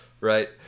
Right